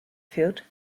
fürth